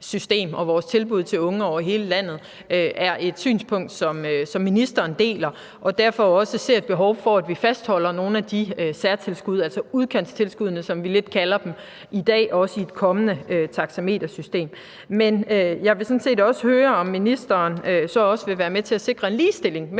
og vores tilbud til unge over hele landet, er et ønske, som ministeren deler, og ministeren ser også et behov for, at vi fastholder nogle af de særtilskud – udkantstilskuddene, som vi kalder dem – der er i dag, også i et kommende taxametersystem. Men jeg vil sådan set også høre, om ministeren så vil være med til at sikre en ligestilling